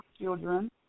children